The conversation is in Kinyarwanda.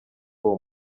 uwo